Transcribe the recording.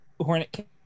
hornet